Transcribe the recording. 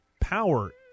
power